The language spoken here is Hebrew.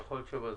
יכול להיות שבזום.